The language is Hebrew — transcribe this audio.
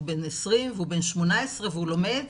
הוא בן 20 והוא בן 18 והוא לומד,